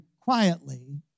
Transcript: quietly